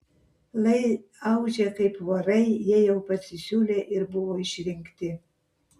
lai audžia kaip vorai jei jau pasisiūlė ir buvo išrinkti